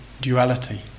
duality